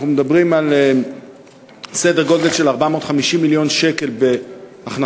אנחנו מדברים על סדר גודל של 450 מיליון שקל בהכנסות